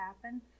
happen